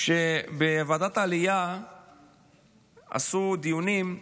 כשבוועדת העלייה עשו דיונים,